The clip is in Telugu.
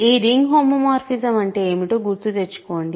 ఈ రింగ్ హోమోమార్ఫిజం అంటే ఏమిటో గుర్తుతెచ్చుకోండి